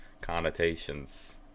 connotations